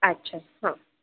आच्छा हां